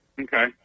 Okay